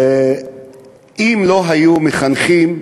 ואם לא היו מחנכים,